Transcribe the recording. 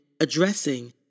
addressing